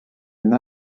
une